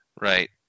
Right